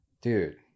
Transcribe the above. dude